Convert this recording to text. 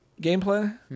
gameplay